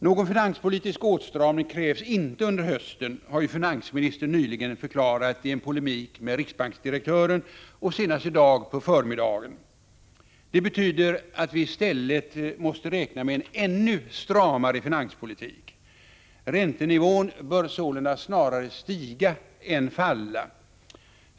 Någon finanspolitisk åtstramning krävs inte under hösten, har ju finansministern nyligen förklarat i en polemik med riksbanksdirektören och senast i dag på förmiddagen. Det betyder att vi i stället måste räkna med en ännu stramare penningpolitik. Räntenivån bör sålunda snarare väntas stiga än falla.